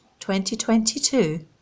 2022